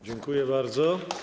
Dziękuję bardzo.